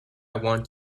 want